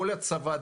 כל הצבא,